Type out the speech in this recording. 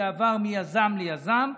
זה עבר מיזם ליזם,